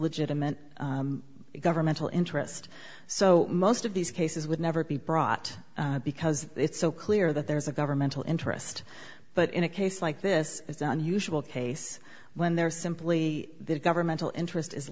legitimate governmental interest so most of these cases would never be brought because it's so clear that there's a governmental interest but in a case like this it's done usual case when there simply governmental interest is